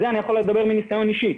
על זה מניסיון אישי,